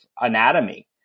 anatomy